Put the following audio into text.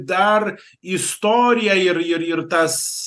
dar istorija ir ir ir tas